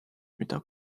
mida